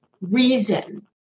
reason